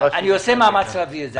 עושה מאמץ להביא את זה.